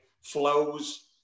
flows